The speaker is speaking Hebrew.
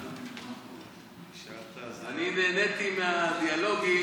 אני נהניתי מהדיאלוגים.